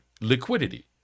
liquidity